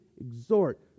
exhort